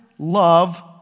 Love